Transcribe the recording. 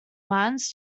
mines